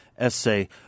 essay